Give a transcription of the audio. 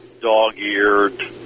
dog-eared